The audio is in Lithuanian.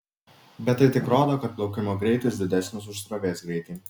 bet tai tik rodo kad plaukimo greitis didesnis už srovės greitį